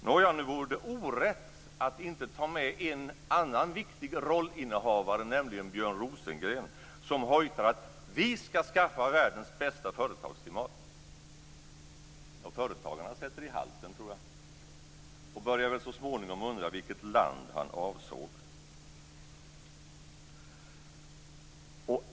Nåja, nu vore det orätt att inte ta med en annan viktig rollinnehavare, nämligen Björn Rosengren, som hojtar att vi skall skaffa världens bästa företagsklimat. Företagarna sätter i halsen, tror jag, och börjar väl så småningom undra vilket land han avsåg.